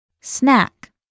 Snack